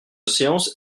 séance